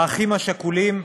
האחים השכולים,